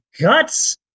guts